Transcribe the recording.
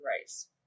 rice